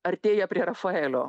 artėja prie rafaelio